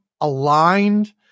aligned